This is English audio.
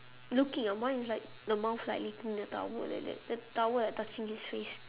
looking ah mine is like the mouth like licking the towel like that the towel like touching his face